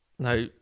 Now